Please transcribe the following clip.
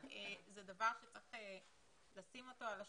אבל זה דבר שצריך לשים אותו על השולחן.